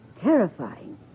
terrifying